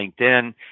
LinkedIn